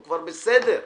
הוא בסדר.